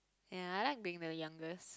ya I like being the youngest